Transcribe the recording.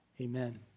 Amen